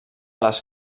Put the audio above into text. les